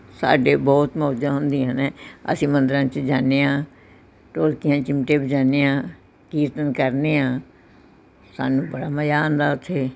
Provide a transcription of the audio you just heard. ਸਾਡੇ ਬਹੁਤ ਮੌਜਾਂ ਹੁੰਦੀਆਂ ਨੇ ਅਸੀਂ ਮੰਦਰਾਂ 'ਚ ਜਾਂਦੇ ਹਾਂ ਢੋਲਕੀਆਂ ਚਿਮਟੇ ਵਜਾਉਂਦੇ ਹਾਂ ਕੀਰਤਨ ਕਰਦੇ ਹਾਂ ਸਾਨੂੰ ਬੜਾ ਮਜ਼ਾ ਆਉਂਦਾ ਉੱਥੇ